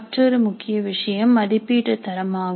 மற்றொரு முக்கிய விஷயம் மதிப்பீட்டு தரம் ஆகும்